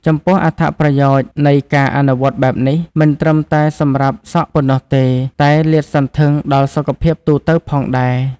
ចំពោះ អត្ថប្រយោជន៍នៃការអនុវត្តន៍បែបនេះ មិនត្រឹមតែសម្រាប់សក់ប៉ុណ្ណោះទេ តែលាតសន្ធឹងដល់សុខភាពទូទៅផងដែរ។